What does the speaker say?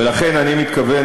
ולכן אני מתכוון,